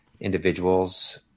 individuals